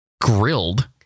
grilled